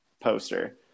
poster